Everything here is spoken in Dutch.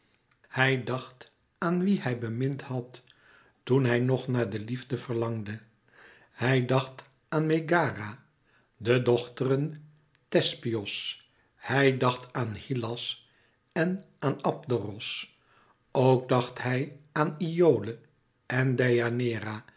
hij dacht aan wie hij bemind had toen hij nog naar de liefde verlangde hij dacht aan megara de dochteren thespios hij dacht aan hylas en aan abderos ook dacht hij aan iole en